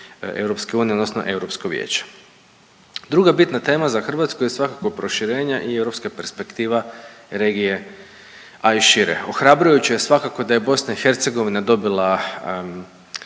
i Vijeće EU odnosno Europsko vijeće. Druga bitna tema za Hrvatsku je svakako proširenje i europska perspektiva regije, a i šire. Ohrabrujuće je svakako da je BiH dobila